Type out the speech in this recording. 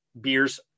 beers